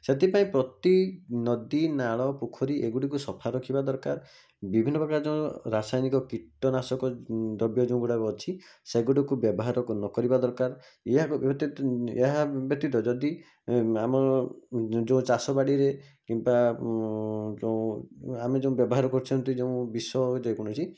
ସେଥି ପାଇଁ ପ୍ରତି ନଦୀ ନାଳ ପୋଖରୀ ଏଗୁଡ଼ିକୁ ସଫା ରଖିବା ଦରକାର ବିଭିନ୍ନପ୍ରକାର ଯେଉଁ ରାସାୟନିକ କୀଟନାଶକ ଦ୍ରବ୍ୟ ଯେଉଁଗୁଡ଼ାକ ଅଛି ସେଗୁଡିକ ବ୍ୟବହାର ନ କରିବା ଦରକାର ଏହା ଏହା ବ୍ୟତୀତ ଯଦି ଆମ ଯେଉଁ ଚାଷବାଡ଼ିରେ କିମ୍ବା ଯେଉଁ ଆମେ ଯେଉଁ ବ୍ୟବହାର କରୁଛନ୍ତି ଯେଉଁ ବିଷ ଯେକୌଣସି